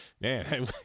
man